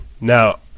now